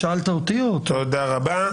תודה רבה.